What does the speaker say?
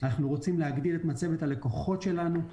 אנחנו רוצים להגדיל את מצבת הלקוחות שלנו.